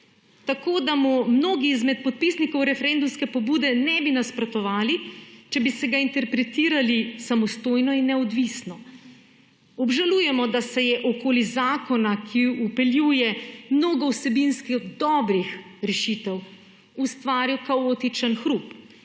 tako da mu mnogi izmed podpisnikov referendumske pobude ne bi nasprotovali, če bi se ga interpretirali samostojno in neodvisno. Obžalujemo, da se je okoli zakona, ki vpeljuje mnogo vsebinsko dobrih rešitev, ustvaril kaotičen hrup,